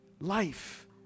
Life